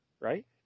right